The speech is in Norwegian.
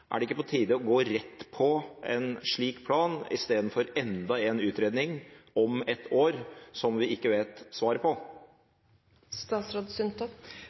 Er det ikke på tide å gå rett på en slik plan i stedet for å legge fram enda en utredning om ett år, som vi ikke vet svaret